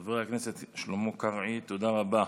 חבר הכנסת שלמה קרעי, תודה רבה.